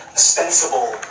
ostensible